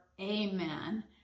Amen